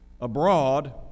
abroad